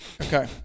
Okay